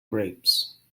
grapes